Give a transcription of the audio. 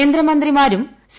കേന്ദ്രമന്ത്രിമാരും സി